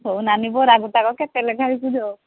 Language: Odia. ହଉ ନାନୀ ବରା ଗୋଟାକ କେତେ ଲେଖା ବିକୁଛ